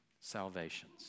salvations